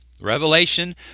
Revelation